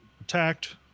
attacked